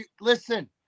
Listen